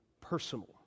personal